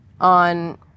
on